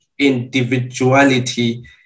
Individuality